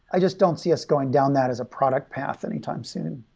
i just don't see us going down that as a product path anytime soon